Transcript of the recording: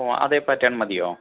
ഓ അതേ പാറ്റേൺ മതിയോ